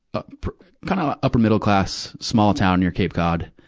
ah kind of ah upper-middle class, small town near cape cod.